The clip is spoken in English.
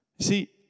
See